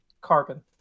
carbon